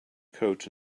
coat